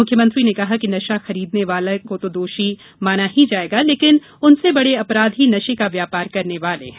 मुख्यमंत्री ने कहा कि नशा खरीदने वाला तो दोषी है ही लेकिन उनसे बड़े अपराधी नशे का व्यापार करने वाले हैं